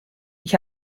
ich